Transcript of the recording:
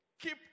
Keep